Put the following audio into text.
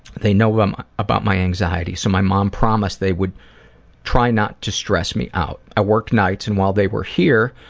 they know um about my anxiety so my my um promised they would try not to stress me out. i worked nights and while they were here,